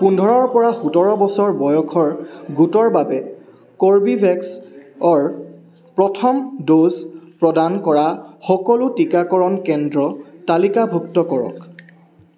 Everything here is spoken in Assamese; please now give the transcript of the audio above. পোন্ধৰৰ পৰা সোতৰ বছৰ বয়সৰ গোটৰ বাবে কৰ্বীভেক্সৰ প্ৰথম ড'জ প্ৰদান কৰা সকলো টীকাকৰণ কেন্দ্ৰ তালিকাভুক্ত কৰক